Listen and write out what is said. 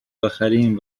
بخریم